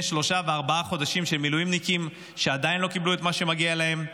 שלושה וארבעה חודשים שעדיין לא קיבלו את מה שמגיע להם.